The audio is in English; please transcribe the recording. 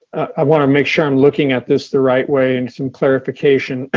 i want to make sure i'm looking at this the right way and some clarification,